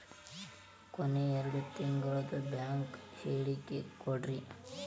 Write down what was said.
ಕೊನೆ ಎರಡು ತಿಂಗಳದು ಬ್ಯಾಂಕ್ ಹೇಳಕಿ ಕೊಡ್ರಿ